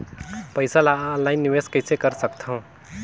पईसा ल ऑनलाइन निवेश कइसे कर सकथव?